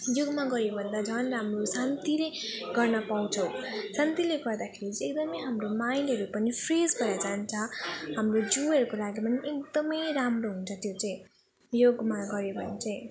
योगमा गऱ्यो भन्दा झन् हाम्रो शान्तिले गर्न पाउँछौँ शान्तिले गर्दाखेरि चाहिँ एकदम हाम्रो माइन्डहरू पनि फ्रेस भएर जान्छ हाम्रो जिउरूको लागि पनि एकदम राम्रो हुन्छ त्यो चाहिँ योगमा गऱ्यो भने चाहिँ